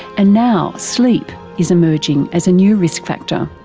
and now sleep is emerging as new risk factor.